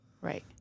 Right